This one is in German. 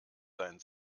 sein